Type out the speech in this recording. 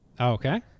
Okay